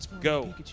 Go